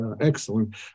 Excellent